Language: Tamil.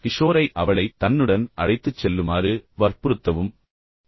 கிஷோரை அவளை தன்னுடன் அழைத்துச் செல்லுமாறு வற்புறுத்தவும் பதரப்பையும் ்கள் அங்கு செல்லுங்கள்